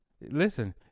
Listen